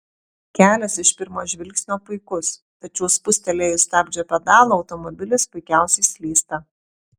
kelias iš pirmo žvilgsnio puikus tačiau spustelėjus stabdžio pedalą automobilis puikiausiai slysta